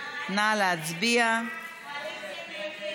ההסתייגות של חבר הכנסת